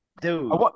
Dude